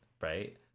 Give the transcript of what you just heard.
Right